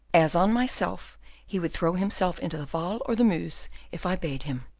as on myself he would throw himself into the waal or the meuse if i bade him.